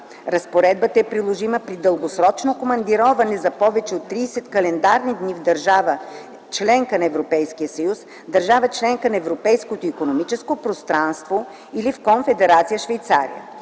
Разпоредбата е приложима при дългосрочно командироване за повече от 30 календарни дни в държава – членка на Европейския съюз, държава – членка на Европейското икономическо пространство, или в Конфедерация Швейцария.